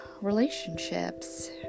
relationships